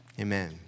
Amen